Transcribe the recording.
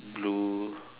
blue